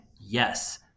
yes